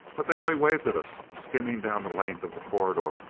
but they only waved at us, skimming down the length of the corridor,